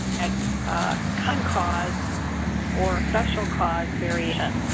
ah common cause or special cause variation,